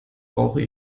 brauche